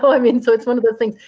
so i mean so it's one of the things.